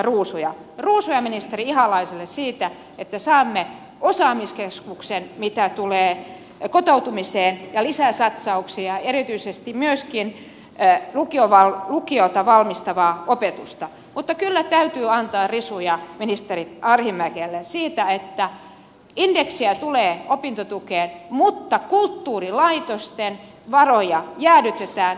ruusuja ministeri ihalaiselle siitä että saamme osaamiskeskuksen mitä tulee kotoutumiseen ja myöskin lisäsatsauksia erityisesti lukioon valmistavaan opetukseen mutta kyllä täytyy antaa risuja ministeri arhinmäelle siitä että indeksiä tulee opintotukeen mutta kulttuurilaitosten varoja jäädytetään